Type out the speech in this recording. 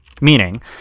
Meaning